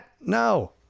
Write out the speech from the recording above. No